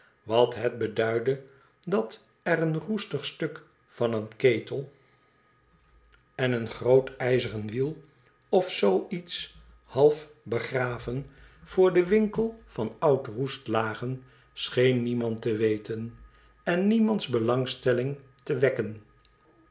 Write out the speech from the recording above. wat het beduidde dat er een roestig stuk van een ketel en een groot ijzeren wiel of zoo iets half begraven voor den winkel van oud roest lagen scheen niemand te weten en niemands belangstelling te wekken